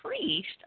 priest